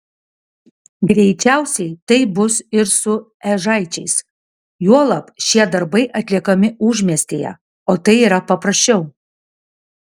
greičiausiai taip bus ir su ežaičiais juolab šie darbai atliekami užmiestyje o tai yra paprasčiau